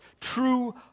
true